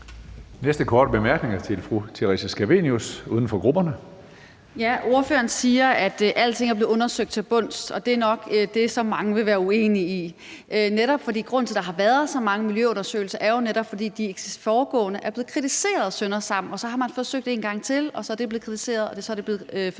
Næste korte bemærkning er til fru Theresa Scavenius, uden for grupperne. Kl. 17:17 Theresa Scavenius (UFG): Ordføreren siger, at alting er blevet undersøgt til bunds, og det er nok det, som mange vil være uenige i. Grunden til, at der har været så mange miljøundersøgelser, er jo netop, at de foregående er blevet kritiseret sønder og sammen, og så har man forsøgt en gang til, og så er det blevet kritiseret, og så er det blevet forsøgt